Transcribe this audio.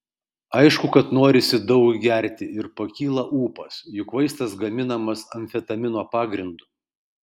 aišku kad norisi daug gerti ir pakyla ūpas juk vaistas gaminamas amfetamino pagrindu